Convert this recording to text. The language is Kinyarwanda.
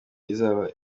izaba